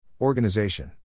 Organization